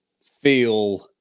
feel